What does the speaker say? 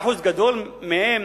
ואחוז גדול מהם,